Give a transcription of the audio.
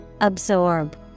Absorb